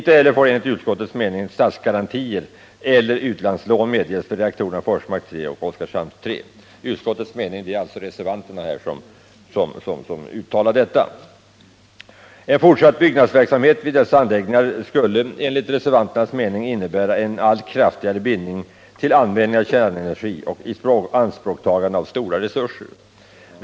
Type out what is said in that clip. Ej heller får enligt reservanternas mening statsgarantier eller utlandslån medges för reaktorerna Forsmark 3 och Oskarshamn 3. En fortsatt byggnadsverksamhet vid dessa anläggningar skulle enligt reservanternas mening innebära en allt kraftigare bindning till användning av kärnenergi och ianspråktagande av stora resurser.